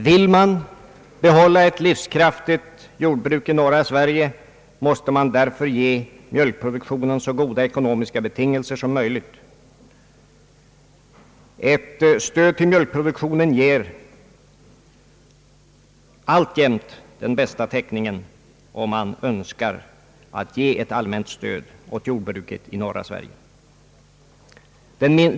Vill man behålla ett livskraftigt jordbruk i norra Sverige, måste man därför ge mjölkproduktionen så goda ekonomiska betingelser som möjligt. Ett stöd till mjölkproduktionen ger alltjämt den bästa täckningen om man önskar lämna ett allmänt stöd åt jordbruket i norra Sverige.